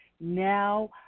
Now